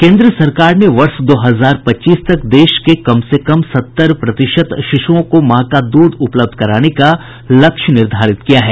केन्द्र सरकार ने वर्ष दो हजार पच्चीस तक देश के कम से कम सत्तर प्रतिशत शिश्राओं को मां का दूध उपलब्ध कराने का लक्ष्य निर्धारित किया है